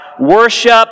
worship